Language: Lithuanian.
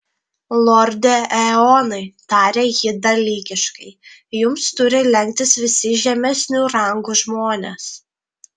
lorde eonai tarė ji dalykiškai jums turi lenktis visi žemesnių rangų žmonės